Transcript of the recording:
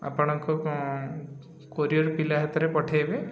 ଆପଣଙ୍କ କୋରିଅର ପିଲା ହାତରେ ପଠେଇବେ